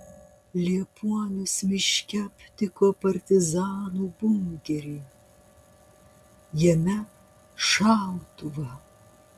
liepuonius miške aptiko partizanų bunkerį jame šautuvą